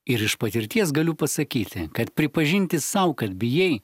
ir iš patirties galiu pasakyti kad pripažinti sau kad bijai